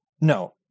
No